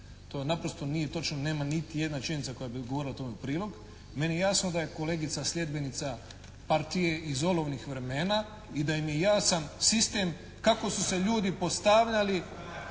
To naprosto nije točno, nema niti jedna činjenica koja bi govorila tome u prilog. Meni je jasno da je kolegica sljedbenica partije iz olovnih vremena i da im je jasan sistem kako su se ljudi postavljali